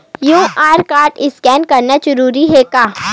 QR code scan करना जरूरी हे का?